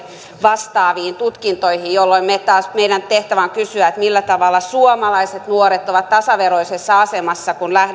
vastaaviin tutkintoihin jolloin taas meidän tehtävä on kysyä millä tavalla suomalaiset nuoret ovat tasaveroisessa asemassa kun